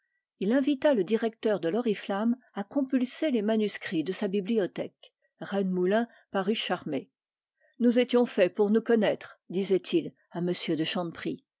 il invita le directeur de l'oriflamme à compulser les manuscrits de sa bibliothèque rennemoulin en fut charmé nous étions faits pour nous connaître disait-il à m de